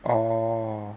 orh